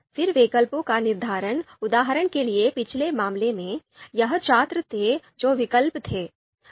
फिर विकल्पों का निर्धारण उदाहरण के लिए पिछले मामले में यह छात्र थे जो विकल्प थे